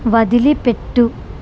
వదిలిపెట్టు